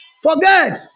Forget